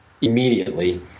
immediately